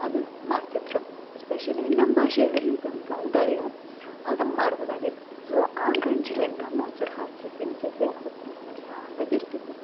ಅದನ್ನು ಮಾಡ್ತಿದ್ರು ಎಸ್ಪೆಶಲೀ ನಮ್ಮ ಭಾಷೆಯಲ್ಲಿ ಏನಂತ ದಳಿಯಾ ಅದನ್ನು ಮಾಡ್ಬಹುದಾಗಿತ್ತು ಸೋ ಆ ಗಂಜಿಯಲ್ ಎಂಥ ಮೊಸರು ಹಾಕಿ ತಿನ್ಸಿದರೆ ಹೊಟ್ಟೆ ಸರಿಯಾಗಾಗಿರ್ತಿತ್ತು